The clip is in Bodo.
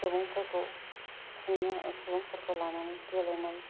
सुबुंफोरखौ खुंनो सुबुंफोरखौ लानानै गेलेनाय